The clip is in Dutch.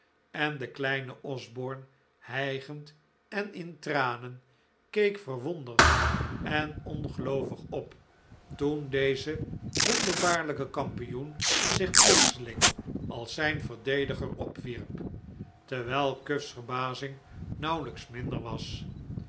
en de kleine osborne hijgend en in tranen keek verwonderd en ongeloovig op toen deze wonderbaarlijke kampioen zich plotseling als zijn verdediger opwierp terwijl cuff's verbazing nauwelijks minder was